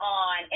on